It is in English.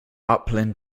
upland